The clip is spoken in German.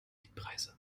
mietpreise